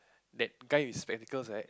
that guy in spectacles right